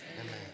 Amen